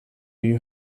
you